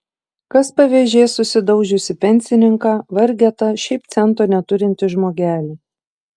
kas pavėžės susidaužiusį pensininką vargetą šiaip cento neturintį žmogelį